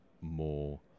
more